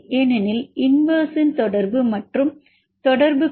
ஏனெனில் இன்வெர்ஸ் தொடர்பு மற்றும் தொடர்பு கோஏபிசிஎன்ட் 0